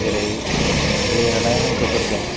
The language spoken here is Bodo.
जेरै लिरनाय हांखोफोरजों